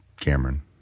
Cameron